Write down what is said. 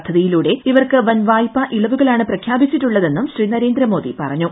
പദ്ധതിയിലൂടെ ഇവർക്ക് വൻ വായ്പ ഇളവുകളാണ് പ്രഖ്യാപിച്ചിട്ടുള്ളതെന്നും ശ്രീ നരേന്ദ്രമോദി പറഞ്ഞു